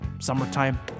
Summertime